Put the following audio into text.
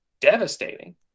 devastating